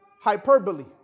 hyperbole